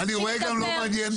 שידבר,